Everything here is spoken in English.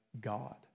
God